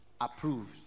approved